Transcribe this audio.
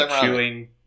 chewing